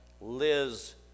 liz